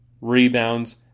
rebounds